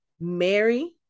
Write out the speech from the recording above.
mary